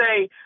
say